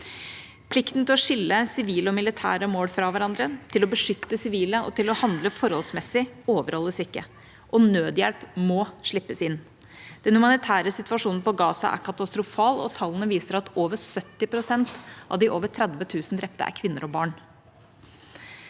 Plikten til å skille sivile og militære mål fra hverandre, til å beskytte sivile og til å handle forholdsmessig overholdes ikke. Nødhjelp må slippes inn. Den humanitære situasjonen på Gaza er katastrofal, og tallene viser at over 70 pst. av de over 30 000 drepte er kvinner og barn.